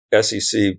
SEC